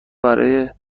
برای